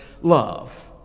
love